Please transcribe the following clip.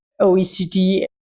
OECD